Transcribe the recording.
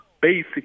basic